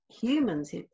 humans